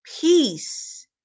Peace